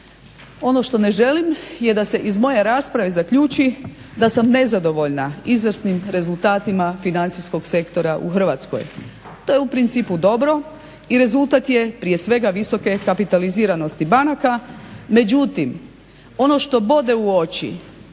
Ono što ne želim, je da se iz moje rasprave zaključi da sam nezadovoljan izvrsnim rezultatima financijskog sektora u Hrvatskoj. To je u principu dobro i rezultat je prije svega visoke kapitaliziranosti banaka, međutim ono što bode u oči,